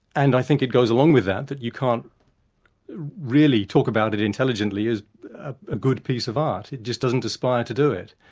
and i think it goes along with that that you can't really talk about it intelligently as a good piece of art, it just doesn't aspire to do it.